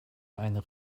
einen